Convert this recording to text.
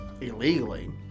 illegally